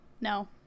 No